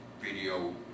video